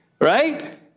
Right